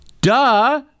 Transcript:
Duh